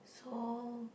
so